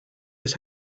his